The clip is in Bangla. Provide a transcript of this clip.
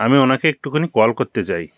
আমি ওনাকে একটুখানি কল করতে চাই